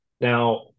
Now